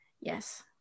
Yes